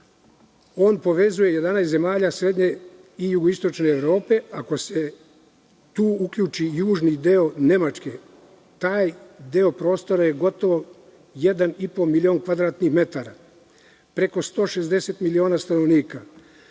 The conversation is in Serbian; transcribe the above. On povezuje 11 zemalja srednje i jugoistične Evrope. Ako se tu uključi južni deo Nemačke, taj deo prostora je gotovo 1,5 milion kvadratnih metara, preko 160 miliona stanovnika